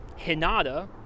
Hinata